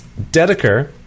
Dedeker